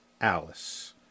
Alice